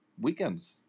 weekend's